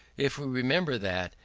if we remember that,